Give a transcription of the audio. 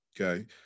Okay